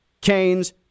Canes